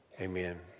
Amen